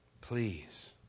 Please